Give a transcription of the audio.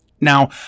Now